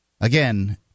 Again